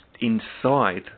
inside